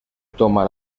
toma